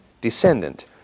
descendant